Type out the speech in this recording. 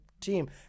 team